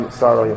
sorry